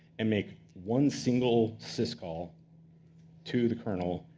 and make one single syscall to the kernel,